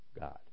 God